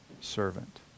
servant